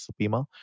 Supima